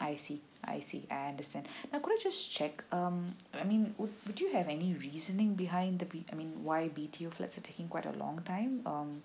I see I see I understand now could i just check um I mean would would you have any reasoning behind the bee I mean why B_T_O flat are to taking quite a long time um